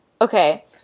Okay